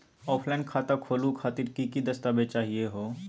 Offline खाता खोलहु खातिर की की दस्तावेज चाहीयो हो?